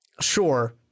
sure